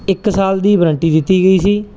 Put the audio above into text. ਇੱਕ ਸਾਲ ਦੀ ਵਰੰਟੀ ਦਿੱਤੀ ਗਈ ਸੀ